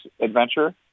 adventure